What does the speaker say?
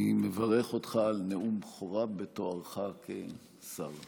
אני מברך אותך על נאום הבכורה בתוארך כשר.